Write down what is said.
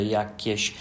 jakieś